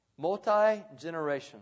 Multi-generational